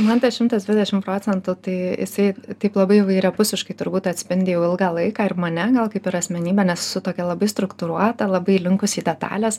man tas šimtas dvidešim procentų tai jisai taip labai įvairiapusiškai turbūt atspindi jau ilgą laiką ir mane gal kaip ir asmenybę nes esu tokia labai struktūruota labai linkusi į detales